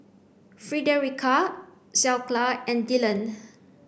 Fredericka Skyla and Dillan